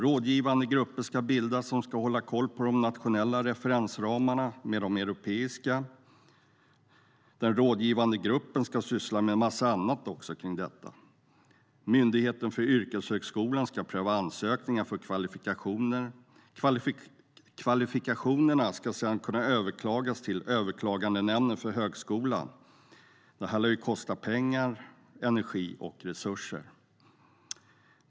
Rådgivande grupper ska bildas som ska hålla koll på de nationella referensramarna och de europeiska. Den rådgivande gruppen ska syssla med en massa annat också kring detta. Myndigheten för yrkeshögskolan ska pröva ansökningar för kvalifikationer. Kvalifikationerna ska sedan kunna överklagas till Överklagandenämnden för högskolan. Det lär kosta pengar, energi och resurser.